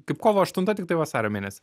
kaip kovo aštunta tiktai vasario mėnesį